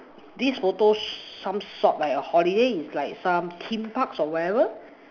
this photo some sort like a holiday it's like some theme parks or whatever